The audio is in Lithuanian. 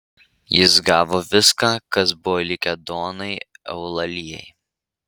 jis gavo viską kas buvo likę donai eulalijai